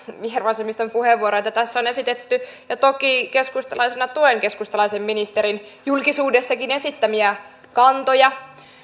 vihervasemmiston puheenvuoroja joita tässä on esitetty ja toki keskustalaisena tuen keskustalaisen ministerin julkisuudessakin esittämiä kantoja